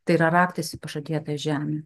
tai yra raktas į pažadėtąją žemę